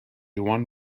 one